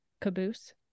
caboose